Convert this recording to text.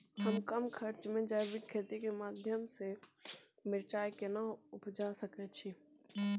हम कम खर्च में जैविक खेती के माध्यम से मिर्चाय केना उपजा सकेत छी?